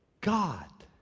god,